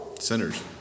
sinners